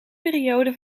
periode